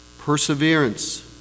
Perseverance